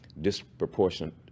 disproportionate